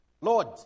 Lord